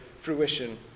fruition